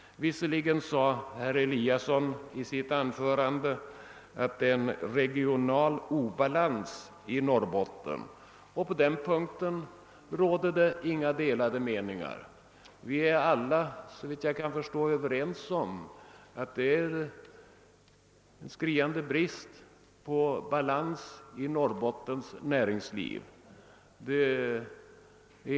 Visserligen sade herr Eliasson i Sundborn i sitt anförande att det råder en regional obalans i Norrbotten. På den punkten råder det inte några delade meningar. Vi är alla, såvitt jag kan förstå, överens om att det råder en stigande brist på balans i Norrbottens näringsliv.